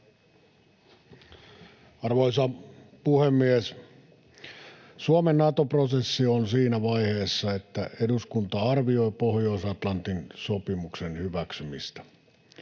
Arvoisa puhemies! Suomen Nato-prosessi on siinä vaiheessa, että eduskunta arvioi Pohjois-Atlantin sopimuksen hyväksymistä.